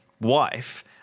wife